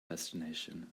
destination